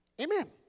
Amen